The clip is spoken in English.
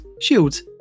shields